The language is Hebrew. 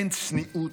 אין צניעות.